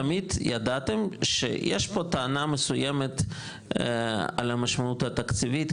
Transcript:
תמיד ידעתם שיש פה טענה מסוימת על המשמעות התקציבית,